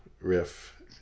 riff